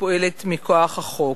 הפועלת מכוח החוק.